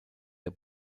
der